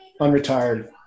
unretired